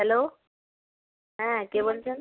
hello হ্যাঁ কে বলছেন